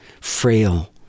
frail